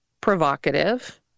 provocative